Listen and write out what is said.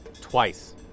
Twice